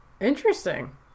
interesting